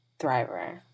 thriver